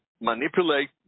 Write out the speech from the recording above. manipulate